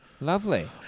Lovely